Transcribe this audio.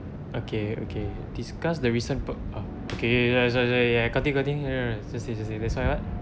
okay okay discuss the recent per ah okay sorry sorry sorry cutting cutting sorry sorry say what